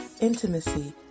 intimacy